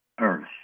Earth